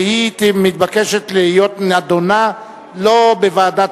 והיא מתבקשת להיות נדונה לא בוועדת